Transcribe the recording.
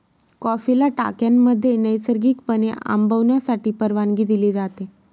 कॉफीला टाक्यांमध्ये नैसर्गिकपणे आंबवण्यासाठी परवानगी दिली जाते